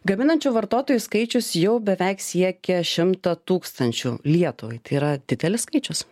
gaminančių vartotojų skaičius jau beveik siekia šimtą tūkstančių lietuvai tai yra didelis skaičius